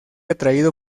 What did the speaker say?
atraído